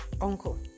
uncle